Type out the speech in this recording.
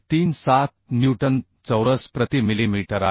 37 newton चौरस प्रति millimetre आहे